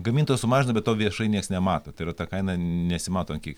gamintojas sumažino bet to viešai nieks nemato tai yra ta kaina nesimato an kiek